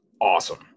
awesome